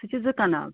سُہ چھِ زٕ کَنال